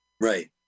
Right